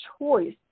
choice